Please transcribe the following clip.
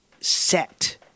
set